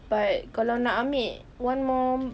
but kalau nak ambil one more